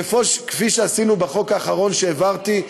כפי שעשינו בחוק האחרון שהעברתי,